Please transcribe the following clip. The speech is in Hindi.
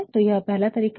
तो यह पहला तरीका है